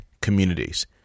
communities